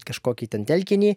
kažkokį ten telkinį